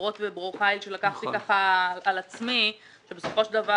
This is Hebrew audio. דורות וברור חיל שלקחתי על עצמי ובסופו של דבר